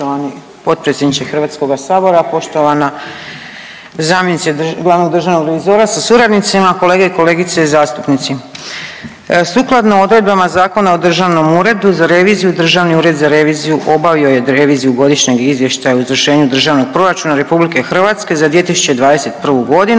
potpredsjedniče Hrvatskog sabora, poštovana zamjenice glavnog državnog revizora sa suradnicima, kolege i kolegice zastupnici, sukladno odredbama Zakona o Državnom uredu za reviziju, Državni ured za reviziju obavio je reviziju obavio je reviziju Godišnjeg izvještaja o izvršenju Državnog proračuna RH za 2021. godinu